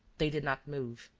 they did not move.